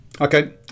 Okay